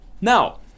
Now